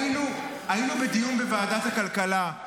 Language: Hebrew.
היינו בדיון בוועדת הכלכלה,